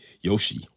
Yoshi